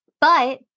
But-